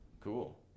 Cool